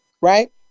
Right